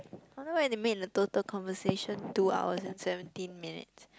I don't know why they make the total conversation two hours and seventeen minutes